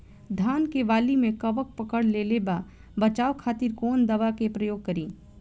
धान के वाली में कवक पकड़ लेले बा बचाव खातिर कोवन दावा के प्रयोग करी?